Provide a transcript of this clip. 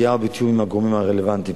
בידיעה ובתיאום עם הגורמים הרלוונטיים,